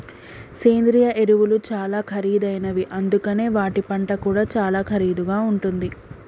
సేంద్రియ ఎరువులు చాలా ఖరీదైనవి అందుకనే వాటి పంట కూడా చాలా ఖరీదుగా ఉంటుంది